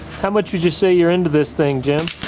how much would you say you're into this thing jim?